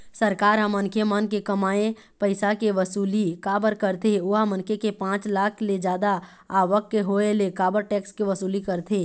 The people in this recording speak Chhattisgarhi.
सरकार ह मनखे मन के कमाए पइसा के वसूली काबर कारथे ओहा मनखे के पाँच लाख ले जादा आवक के होय ले काबर टेक्स के वसूली करथे?